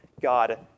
God